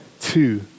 two